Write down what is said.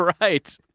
Right